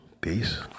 Peace